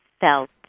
felt